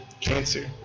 cancer